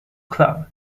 club